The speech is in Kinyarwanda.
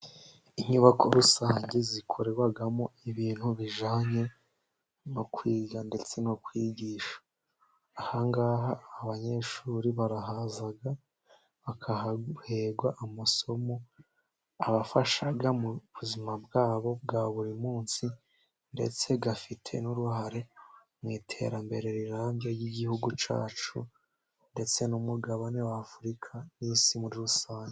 Inyubako rusange zikoreramo ibintu bijyanye no kwiga ndetse no kwigisha, ahangaha abanyeshuri barahaza bakahaherwa amasomo abafasha mu buzima bwabo bwa buri munsi, ndetse gafite n'uruhare mu iterambere rirambye ry'igihugu cyacu, ndetse n'umugabane w'Afurika n'isi muri rusange.